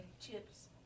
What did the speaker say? Chips